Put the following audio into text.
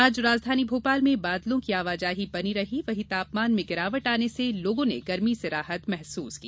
आज राजधानी भोपाल में बादलो की आवाजाही बनी रही वहीं तापमान में गिरावट आने से लोगों ने गर्मी से राहत महसूस की